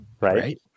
right